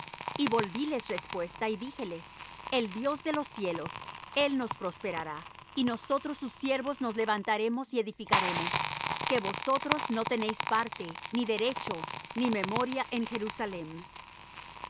y volvíles respuesta y díjeles el dios de los cielos él nos prosperará y nosotros sus siervos nos levantaremos y edificaremos que vosotros no tenéis parte ni derecho ni memoria en jerusalem